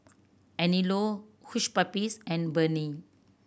Anello Hush Puppies and Burnie